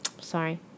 Sorry